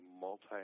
multi